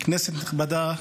כנסת נכבדה,